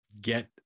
get